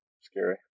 scary